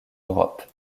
europe